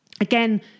Again